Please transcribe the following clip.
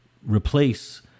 replace